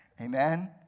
Amen